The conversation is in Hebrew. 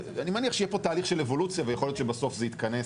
אני מניח שתהיה פה תהליך של אבולוציה ויכול להיות שבסוף זה יתכנס.